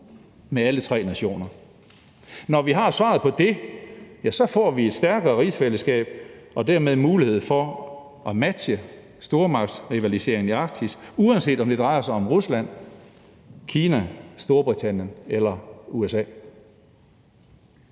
med alle tre nationer? Når vi har svaret på det, får vi et stærkere rigsfællesskab og dermed en mulighed for at matche stormagtsrivaliseringen i Arktis, uanset om det drejer sig om Rusland, Kina, Storbritannien eller USA.